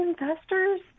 investors